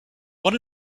one